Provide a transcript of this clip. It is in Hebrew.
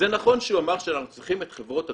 זה נכון שהוא אמר שאנחנו צריכים את חברות התרופות,